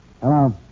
Hello